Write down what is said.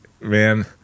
man